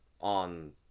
on